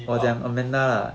也好